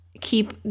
keep